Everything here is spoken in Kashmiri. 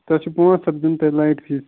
تَتھ چھِو پانٛژھ ہَتھ دیُن تۄہہِ نایِٹ فیٖس